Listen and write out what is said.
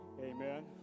Amen